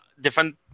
different